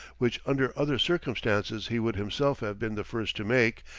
which under other circumstances he would himself have been the first to make,